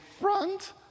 front